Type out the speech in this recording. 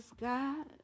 God